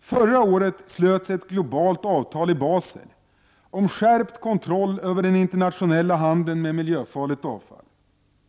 Förra året slöts ett globalt avtal i Basel om skärpt kontroll över den internationella handeln med miljöfarligt avfall.